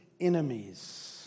enemies